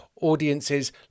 audiences